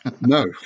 No